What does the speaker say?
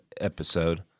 episode